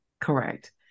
Correct